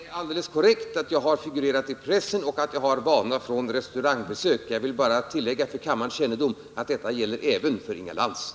Herr talman! Det är alldeles korrekt att jag har figurerat i pressen och att jag har vana från restaurangbesök. Jag vill bara tillägga för kammarens kännedom att detta gäller även för Inga Lantz.